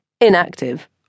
inactive